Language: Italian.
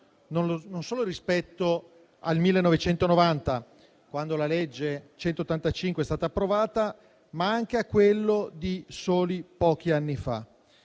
non solo rispetto al 1990, quando la legge n. 185 è stata approvata, ma anche a quello di soli pochi anni fa.